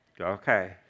Okay